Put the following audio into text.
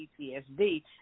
PTSD